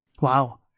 Wow